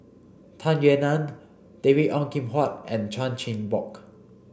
Tung Yue Nang David Ong Kim Huat and Chan Chin Bock